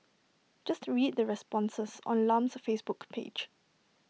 just read the responses on Lam's Facebook page